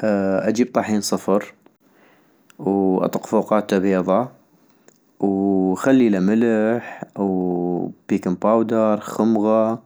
أاا أجيب طحين صفر، واطق فوقاتا بيضة، وواخليلا ملح وو بيكمباودر، خمغة،